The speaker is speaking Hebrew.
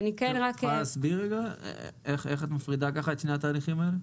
את יכולה להסביר איך את מפרידה את שני התהליכים האלה?